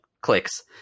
clicks